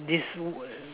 this